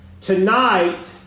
Tonight